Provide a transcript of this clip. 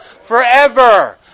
Forever